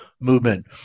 movement